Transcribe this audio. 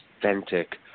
authentic